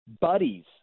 buddies